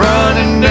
Running